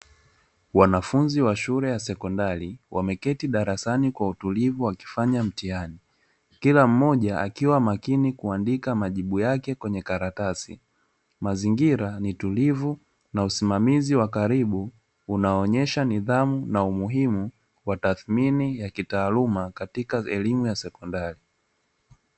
Wanafunzi wa shule ya sekondari wameketi darasani kwa utulivu wakifanya mtihani, kila mmoja akiwa makini kuandika majibu yake kwenye karatasi. Mazingira ni tulivu na usimamizi wa karibu unaonesha nidhamu na umuhimu wa tathmini ya kitaaluma katika elimu ya sekondari.